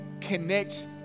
connect